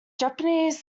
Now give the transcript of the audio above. japanese